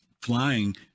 flying